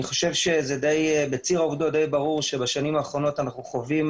אני חושב שדי ברור שבשנים האחרונות אנחנו חווים